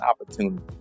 opportunity